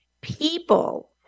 people